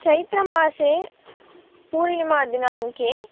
चैत्रमासे पूर्णिमादिनाङ्के